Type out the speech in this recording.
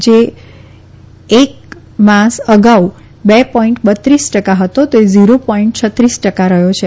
જે એક માસ અગાઉ બે પોઈન્ટ બત્રીસ ટકા હતો તે ઝીરો પોઈન્ટ છત્રીસ ટકા રહયો છે